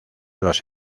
los